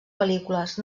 pel·lícules